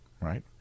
Right